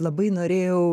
labai norėjau